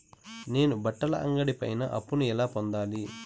నేను బట్టల అంగడి పైన అప్పును ఎలా పొందాలి?